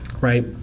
right